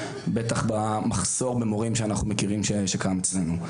בטח במחסור במורים שאנחנו מכירים שקם אצלנו.